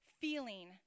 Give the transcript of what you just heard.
feeling